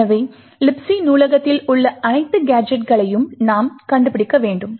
எனவே Libc நூலகத்தில் உள்ள அனைத்து கேஜெட்களையும் நாம் கண்டுபிடிக்க வேண்டும்